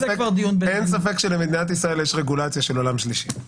אין ספק שלמדינת ישראל יש רגולציה של עולם שלישי.